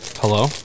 Hello